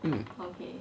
mm